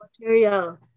material